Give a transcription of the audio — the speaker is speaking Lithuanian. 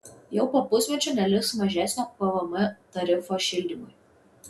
jau po pusmečio neliks mažesnio pvm tarifo šildymui